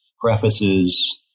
prefaces